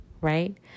Right